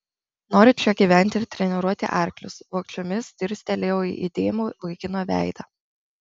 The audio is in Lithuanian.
noriu čia gyventi ir treniruoti arklius vogčiomis dirstelėjau į įdėmų vaikino veidą